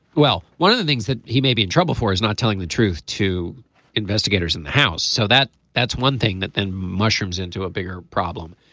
well one of the things that he may be in trouble for is not telling the truth to investigators in the house so that that's one thing that mushrooms into a bigger problem.